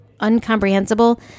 uncomprehensible